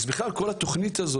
אז בכלל מה שמאפיין את התוכנית הזאת,